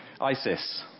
ISIS